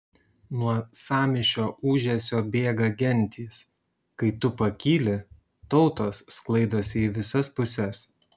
nuo sąmyšio ūžesio bėga gentys kai tu pakyli tautos sklaidosi į visas puses